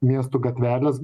miestų gatvelės